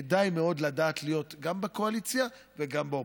כדאי מאוד לדעת להיות גם בקואליציה וגם באופוזיציה.